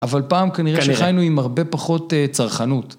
אבל פעם כנראה (כנראה) שחיינו עם הרבה פחות צרכנות.